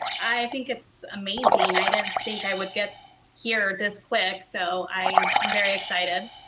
i think it's amazing. i didn't think i would get here this quick so i am very excited.